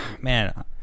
man